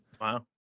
Wow